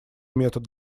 метод